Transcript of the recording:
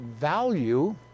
value